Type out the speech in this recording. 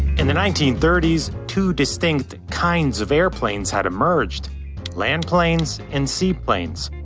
and the nineteen thirty s, two distinct kinds of airplanes had emerged land planes and seaplanes.